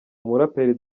umuraperi